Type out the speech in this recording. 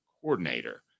coordinator